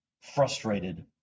frustrated